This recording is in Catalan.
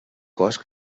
cos